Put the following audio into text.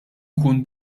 ikun